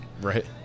Right